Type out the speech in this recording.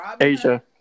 asia